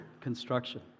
construction